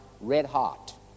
red-hot